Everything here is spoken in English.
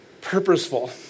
purposeful